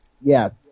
Yes